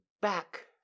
back